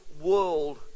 world